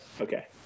Okay